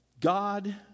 God